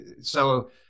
so-